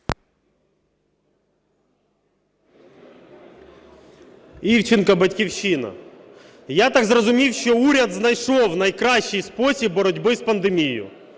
Івченко, "Батьківщина". Я так зрозумів, що уряд знайшов найкращий спосіб боротьби з пандемією